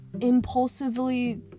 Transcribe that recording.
impulsively